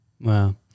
Wow